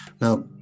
now